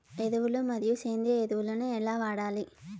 ఎరువులు మరియు సేంద్రియ ఎరువులని ఎలా వాడాలి?